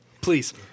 Please